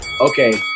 Okay